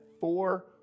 four